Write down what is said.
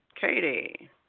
Katie